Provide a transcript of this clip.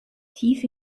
tief